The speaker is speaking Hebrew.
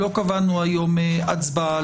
לא קבענו היום הצבעה,